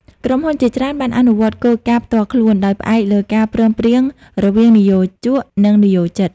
ក្រុមហ៊ុនជាច្រើនបានអនុវត្តគោលការណ៍ផ្ទាល់ខ្លួន ដោយផ្អែកលើការព្រមព្រៀងរវាងនិយោជក និងនិយោជិត។